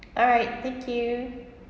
alright thank you